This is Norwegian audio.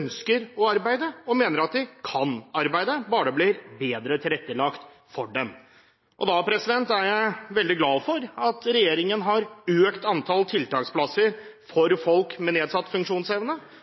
ønsker å arbeide, og de mener at de kan arbeide bare det blir bedre tilrettelagt for dem. Da er jeg veldig glad for at regjeringen har økt antall tiltaksplasser for folk med nedsatt funksjonsevne,